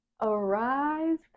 Arise